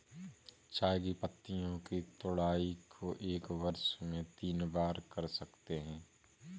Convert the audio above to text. चाय की पत्तियों की तुड़ाई को एक वर्ष में तीन बार कर सकते है